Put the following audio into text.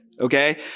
Okay